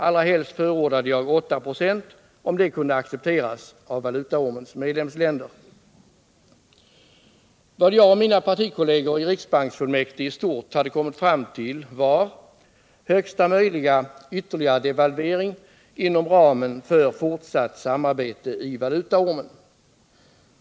Allra helst ville jag föreslå 8 96, om det kunde accepteras av valutaormens medlemsländer. Vad jag och mina partikolleger i riksbanksfullmäktige i stort hade kommit fram till var: högsta möjliga ytterligare devalvering inom ramen för fortsatt samarbete i valutaormen.